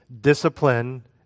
discipline